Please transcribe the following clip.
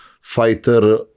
fighter